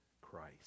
Christ